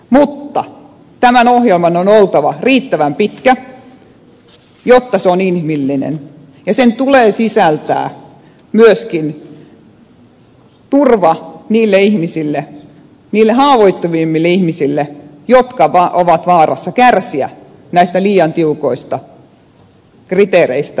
mutta tämän ohjelman on oltava riittävän pitkä jotta se on inhimillinen ja sen tulee sisältää myöskin turva niille ihmisille niille haavoittuvimmille ihmisille jotka ovat vaarassa kärsiä näistä liian tiukoista kriteereistä sopeuttamisohjelmassa